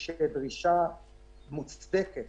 יש דרישה מוצדקת